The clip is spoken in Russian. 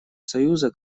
союза